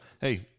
hey –